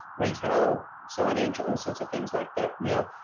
retail, signage, all sorts of things like that. now,